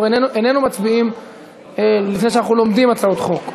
אנחנו איננו מצביעים לפני שאנחנו לומדים הצעות חוק.